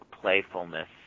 playfulness